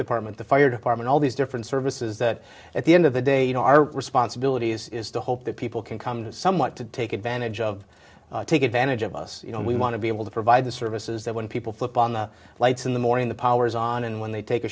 department the fire department all these different services that at the end of the day you know our responsibilities is to hope that people can come to somewhat to take advantage of take advantage of us you know we want to be able to provide the services that when people flip on the lights in the morning the powers on and when they take a